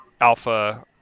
alpha